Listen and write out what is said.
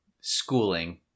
schooling